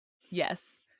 Yes